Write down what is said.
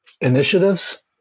initiatives